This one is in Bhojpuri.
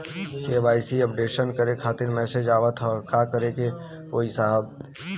के.वाइ.सी अपडेशन करें खातिर मैसेज आवत ह का करे के होई साहब?